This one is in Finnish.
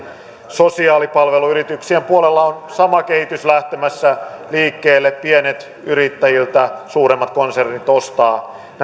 sosiaalipalveluyritysten puolella on sama kehitys lähtemässä liikkeelle pieniltä yrittäjiltä suuremmat konsernit ostavat